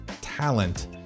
talent